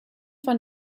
von